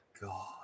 God